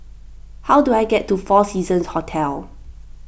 how do I get to four Seasons Hotel